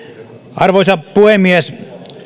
arvoisa puhemies